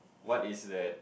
what is that